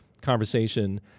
conversation